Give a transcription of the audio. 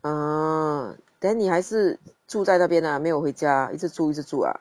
ah then 你还是住在那边 ah 没有回家一直住一直住 ah